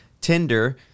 tinder